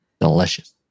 delicious